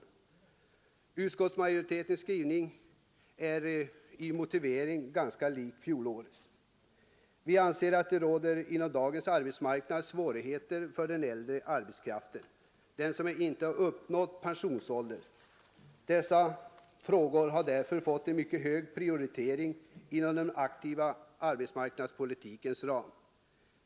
Motiveringen i utskottsmajoritetens skrivning är ganska lika fjolårets. Vi anser att det inom dagens arbetsmarknad föreligger svårigheter för den äldre arbetskraft som inte har uppnått pensionsålder. Dessa frågor har därför fått en mycket hög prioritering inom den aktiva arbetsmarknadspolitikens ram.